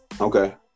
Okay